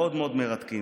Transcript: מאוד מאוד מרתקים.